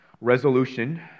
Resolution